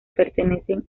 pertenecen